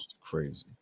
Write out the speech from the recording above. crazy